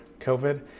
COVID